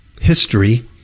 history